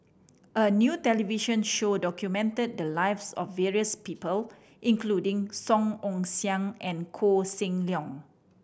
a new television show documented the lives of various people including Song Ong Siang and Koh Seng Leong